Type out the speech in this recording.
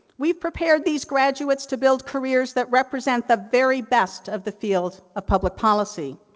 we prepare these graduates to build careers that represent the very best of the fields of public policy.